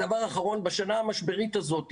דבר אחרון, בשנה המשברית הזו,